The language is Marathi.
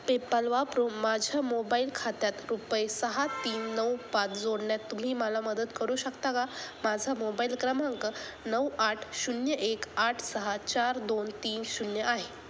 पेपाल वापरून माझ्या मोबाईल खात्यात रुपये सहा तीन नऊ पाच जोडण्यात तुम्ही मला मदत करू शकता का माझा मोबाईल क्रमांक नऊ आठ शून्य एक आठ सहा चार दोन तीन शून्य आहे